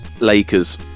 Lakers